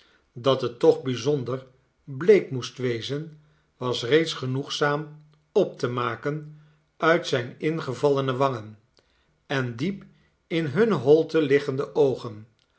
dat het toch bijzonder bleek moest wezen was reeds genoegzaam op te maken uit zijne ingevallene wangen en diep in hunne holten liggende oogen